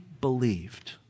believed